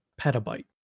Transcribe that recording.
petabyte